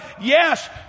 Yes